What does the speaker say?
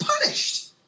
Punished